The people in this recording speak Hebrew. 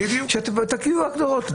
ותקבעו הגדרות.